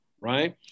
right